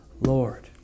Lord